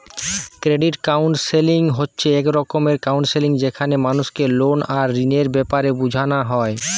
credit counselling হচ্ছে এক রকমের কাউন্সেলিং যেখানে মানুষকে লোন আর ঋণের বেপারে বুঝানা হয়